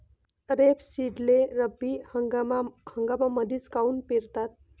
रेपसीडले रब्बी हंगामामंदीच काऊन पेरतात?